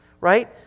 Right